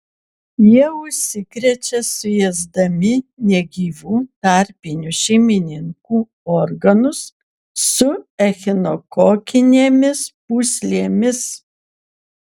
jie užsikrečia suėsdami negyvų tarpinių šeimininkų organus su echinokokinėmis pūslėmis